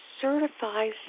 certifies